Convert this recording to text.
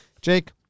Jake